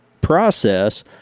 process